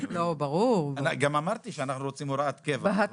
גם אמרתי שאנחנו רוצים הוראת קבע.